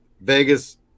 Vegas